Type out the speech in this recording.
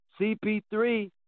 CP3